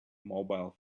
mobile